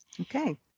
Okay